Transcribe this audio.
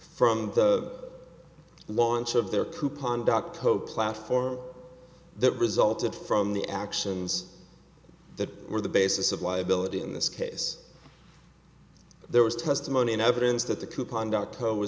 from the launch of their coupon doco platform that resulted from the actions that were the basis of liability in this case there was testimony and evidence that the coupon